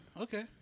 Okay